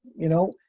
you know,